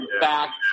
back